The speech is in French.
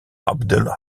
abdel